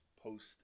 post